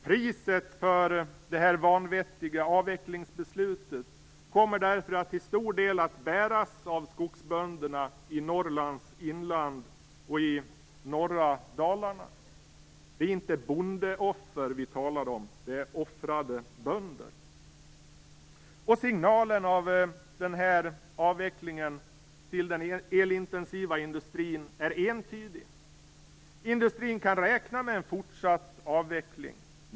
Priset för det vanvettiga avvecklingsbeslutet kommer därför till stor del att bäras av skogsbönderna i Norrlands inland och i norra Dalarna. Det är inte bondeoffer vi talar om. Det är offrade bönder. Den signal avvecklingen skickar ut till den elintensiva industrin är entydig. Industrin kan räkna med en fortsatt avveckling.